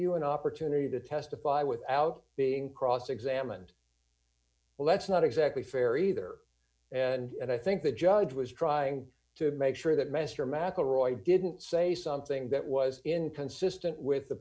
you an opportunity to testify without being cross examined well that's not exactly fair either and i think the judge was trying to make sure that mr mcelroy didn't say something that was inconsistent with the